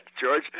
George